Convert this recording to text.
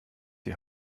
die